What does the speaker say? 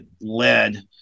led